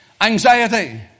Anxiety